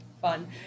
fun